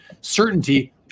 certainty